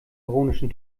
ironischen